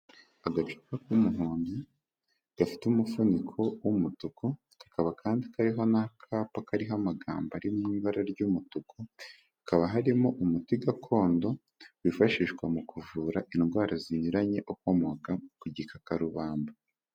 Agacupa k'umuhondo gafite umufuniko w'umutuku, kakaba kandi kariho n'akapa kariho amagambo ari mu ibara ry'umutuku, hakaba harimo umuti gakondo wifashishwa mu kuvura indwara zinyuranye ukomoka ku gikakarubamba.